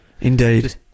Indeed